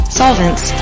solvents